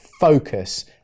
focus